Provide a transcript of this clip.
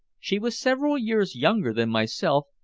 she was several years younger than myself,